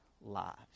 lives